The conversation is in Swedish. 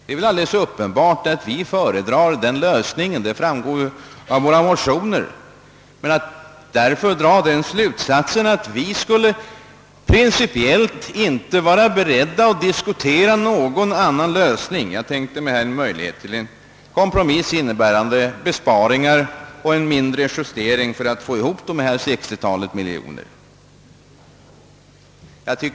Det är väl alldeles uppenbart att vi föredrar den lösningen — det framgår av våra motioner. Men det är fel att dra den slutsatsen att vi principiellt skulle vägra att diskutera någon annan lösning. Jag kan tänka mig en möjlighet till en kompromiss innebärande besparingar och en mindre justering för att få ihop dessa drygt 60 miljoner kronor.